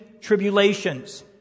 tribulations